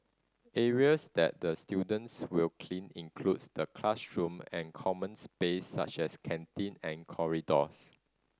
areas that the students will clean includes the classroom and common space such as canteen and corridors